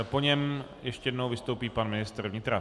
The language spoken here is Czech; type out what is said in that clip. Po něm ještě jednou vystoupí pan ministr vnitra.